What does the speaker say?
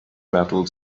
metal